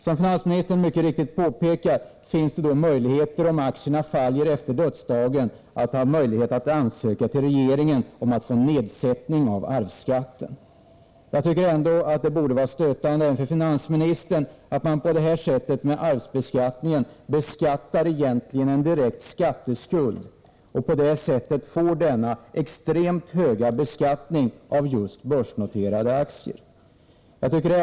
Som finansministern mycket riktigt påpekar, finns det, om aktierna faller efter dödsdagen, möjligheter att ansöka hos regeringen om att få nedsättning av arvsskatten. Jag tycker ändå att det borde vara stötande även för finansministern att man genom arvsbeskattningen beskattar en direkt skatteskuld och på det sättet får denna extremt höga beskattning av just börsnoterade aktier.